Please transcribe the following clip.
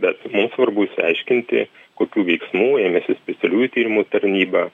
bet mums svarbu išsiaiškinti kokių veiksmų ėmėsi specialiųjų tyrimų tarnyba